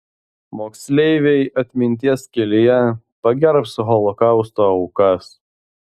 moksleiviai atminties kelyje pagerbs holokausto aukas